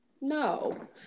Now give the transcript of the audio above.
no